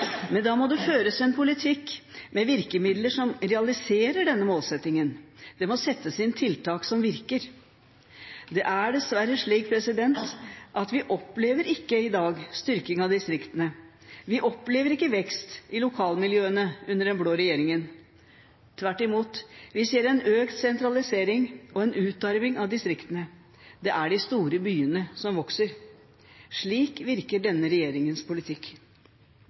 Men da må det føres en politikk med virkemidler som realiserer denne målsettingen. Det må settes inn tiltak som virker. Det er dessverre slik at vi i dag ikke opplever styrking av distriktene. Vi opplever ikke vekst i lokalmiljøene under den blå regjeringen. Tvert imot: Vi ser en økt sentralisering og en utarming av distriktene. Det er de store byene som vokser. Slik virker denne regjeringens politikk.